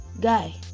guy